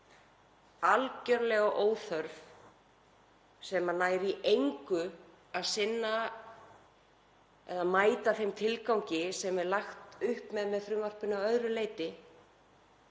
og algerlega óþarft og nær í engu að sinna eða mæta þeim tilgangi sem er lagt upp með í frumvarpinu að öðru leyti.